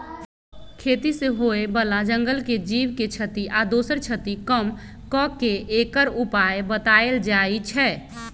खेती से होय बला जंगल के जीव के क्षति आ दोसर क्षति कम क के एकर उपाय् बतायल जाइ छै